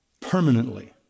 permanently